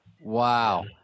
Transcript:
Wow